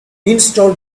install